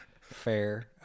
fair